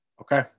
okay